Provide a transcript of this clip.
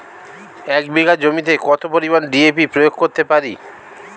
এক বিঘা জমিতে কত পরিমান ডি.এ.পি প্রয়োগ করতে পারি?